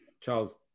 Charles